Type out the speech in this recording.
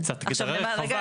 דרור בוימל זה קצת הגדרה רחבה.